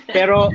Pero